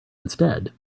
instead